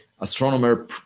astronomer